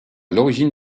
l’origine